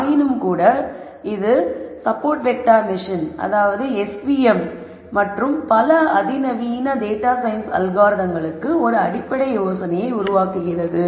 ஆயினும்கூட இது SVM மற்றும் பல அதிநவீன டேட்டா சயின்ஸ் அல்காரிதங்களுக்கு ஒரு அடிப்படை யோசனையை உருவாக்குகிறது